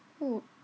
oo